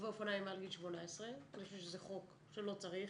לרוכבי אופניים מעל גיל 18. אני חושבת שזה חוק שלא צריך,